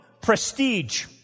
prestige